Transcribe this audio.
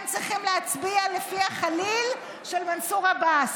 הם צריכים להצביע לפי החליל של מנסור עבאס.